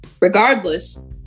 regardless